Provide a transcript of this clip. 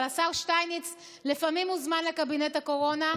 אבל השר שטייניץ לפעמים מוזמן לקבינט הקורונה,